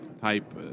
type